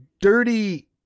dirty